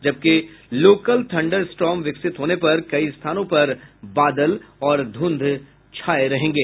जबकि local thunderstorm विकसित होने पर कई स्थानों पर बादल और धुंध छाये रहेंगे